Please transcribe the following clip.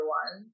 one